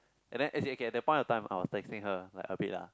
and then as in okay at that point of time I was texting her like a bit lah